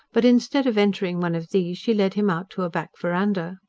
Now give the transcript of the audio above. but instead of entering one of these she led him out to a back verandah.